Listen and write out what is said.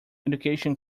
education